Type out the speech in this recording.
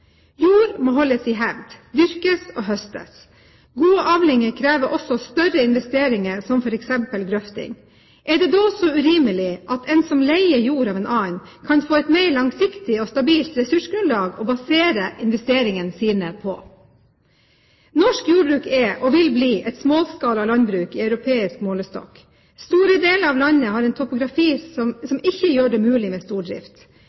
Jord må holdes i hevd, dyrkes og høstes. Gode avlinger krever også større investeringer, som f.eks. grøfting. Er det da så urimelig at en som leier jord av en annen, kan få et mer langsiktig og stabilt ressursgrunnlag å basere investeringene sine på? Norsk jordbruk er – og vil bli – et småskala landbruk i europeisk målestokk. Store deler av landet har en topografi som ikke gjør det mulig med